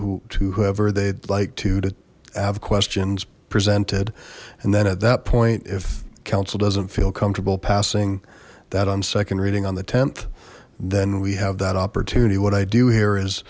who whoever they'd like to to have questions presented and then at that point if council doesn't feel comfortable passing that on second reading on the th then we have that opportunity what i do here is